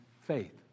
faith